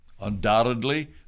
Undoubtedly